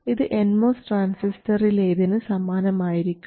ഇത് N MOS ട്രാൻസിസ്റ്ററിലേതിനു സമാനമായിരിക്കും